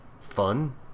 Fun